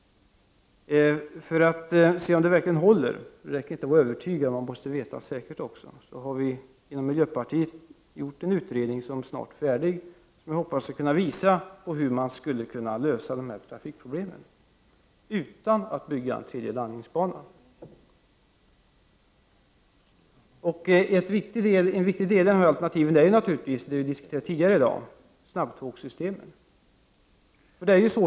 Men det räcker inte med att vara övertygande, utan man måste veta säkert. Därför har vi i miljöpartiet arbetat med en utredning som snart är färdig och som jag hoppas kommer att visa hur man skulle kunna lösa dessa trafikproblem utan att bygga en tredje landningsbana. En viktig del av dessa alternativ är naturligtvis det som vi tidigare i dag diskuterat, nämligen snabbtågssystemen.